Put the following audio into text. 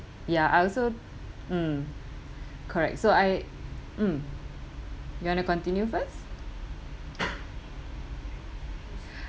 ya I also mm correct so I mm you want to continue first